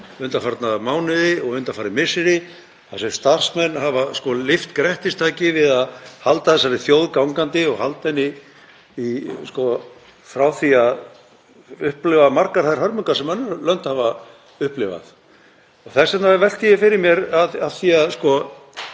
undanfarna mánuði og undanfarin misseri þar sem starfsmenn hafa lyft grettistaki við að halda þessari þjóð gangandi og halda henni frá því að upplifa margar þær hörmungar sem önnur lönd hafa upplifað. Þess vegna velti ég fyrir mér, af því að